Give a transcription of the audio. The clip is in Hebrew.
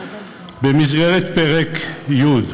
בפרק י'